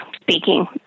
speaking